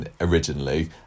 originally